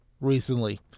recently